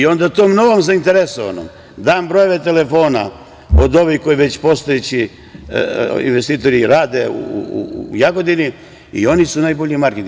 Onda tom novom zainteresovanom dam brojeve telefona od ovih koji već postojeći investitori rade u Jagodini i oni su najbolji marketing.